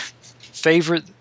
favorite